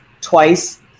twice